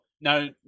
now